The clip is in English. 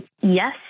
Yes